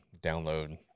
download